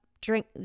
drink